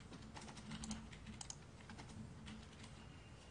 הישיבה ננעלה בשעה 10:20.